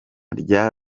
rya